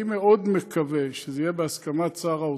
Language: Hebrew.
אני מאוד מקווה שזה יהיה בהסכמת שר האוצר.